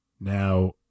Now